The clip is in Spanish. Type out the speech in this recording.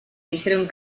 dijeron